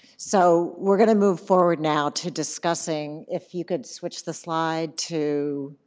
so we're going to move forward now to discussing, if you could switch the slide to